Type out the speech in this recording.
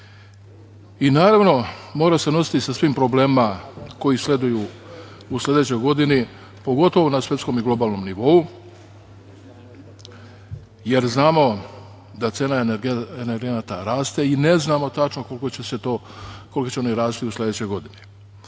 i, naravno, mora se nositi sa svim problemima koji sleduju u sledećoj godini, pogotovo na svetskom i globalnom nivou, jer znamo da cena energenata raste i ne znamo tačno koliko će oni rasti u sledećoj godini. Ono